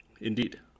indeed